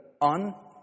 on